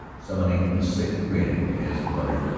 summoning a sick grin as he muttered